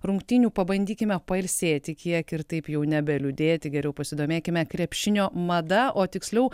rungtynių pabandykime pailsėti kiek ir taip jau nebeliūdėti geriau pasidomėkime krepšinio mada o tiksliau